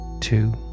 Two